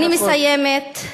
אני מסיימת.